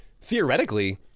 theoretically